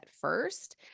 first